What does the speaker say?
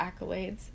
accolades